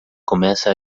começa